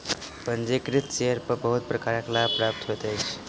पंजीकृत शेयर पर बहुत प्रकारक लाभ प्राप्त होइत अछि